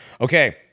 Okay